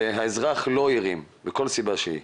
והאזרח לא ענה לשיחה, מכל סיבה שהיא,